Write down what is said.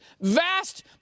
vast